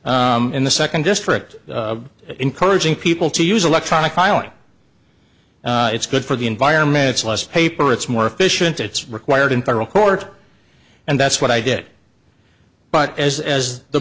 jorgensen in the second district encouraging people to use electronic filing it's good for the environment it's less paper it's more efficient it's required in federal court and that's what i did but as as the